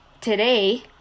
today